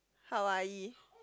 Hawaii